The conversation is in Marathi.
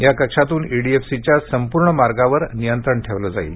या कक्षातून ईडीएफसीच्या संपूर्ण मार्गावर नियंत्रण ठेवलं जाईल